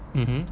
mmhmm